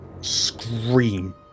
scream